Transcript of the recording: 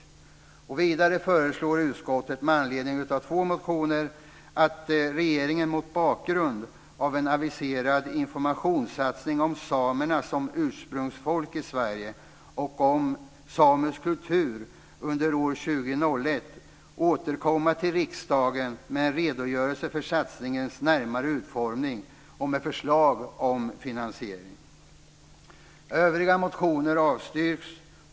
Vidare föreslår utskottet med anledning av två motioner att regeringen, mot bakgrund av en aviserad informationssatsning om samerna som ursprungsfolk i Sverige och om samisk kultur, under 2001 återkommer till riksdagen med en redogörelse för satsningens närmare utformning och med förslag om finansiering. Övriga motioner avstyrks.